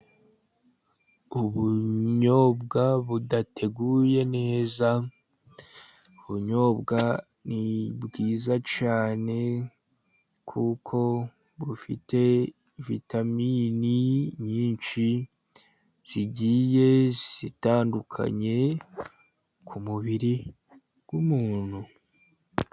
Ubunyobwa budateguye neza. Ubunyobwa ni bwiza cyane, kuko bufite vitamini nyinshi zigiye zitandukanye ku mubiri w'umuntu.